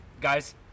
guys